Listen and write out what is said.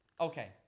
Okay